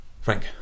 Frank